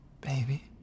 Baby